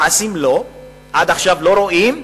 המעשים, עד עכשיו לא רואים,